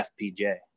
FPJ